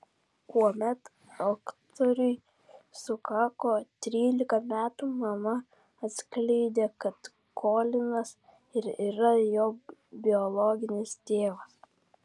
kuomet aktoriui sukako trylika metų mama atskleidė kad kolinas ir yra jo biologinis tėvas